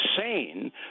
insane